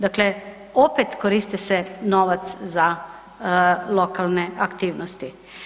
Dakle, opet koristi se novac za lokalne aktivnosti.